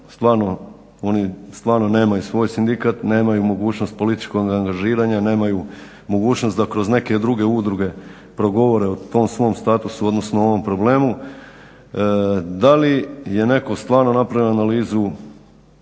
stvarno oni stvarno nemaju svoj sindikat, nemaju mogućnost političkog angažiranja, nemaju mogućnost da kroz neke druge udruge progovore o tom svom statusu, odnosno o ovom problemu. Da li je netko stvarno napravio analizu